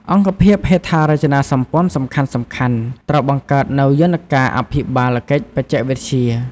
អង្គភាពហេដ្ឋារចនាសម្ព័ន្ធសំខាន់ៗ ត្រូវបង្កើតនូវយន្តការអភិបាលកិច្ចបច្ចេកវិទ្យា។